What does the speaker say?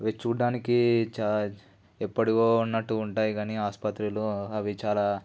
అవి చూడటానికి చాలా ఎప్పటివో ఉన్నట్టు ఉంటాయి కానీ ఆసుపత్రిలో అవి చాలా